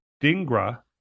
Dingra